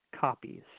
copies